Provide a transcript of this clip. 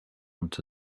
into